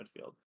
midfield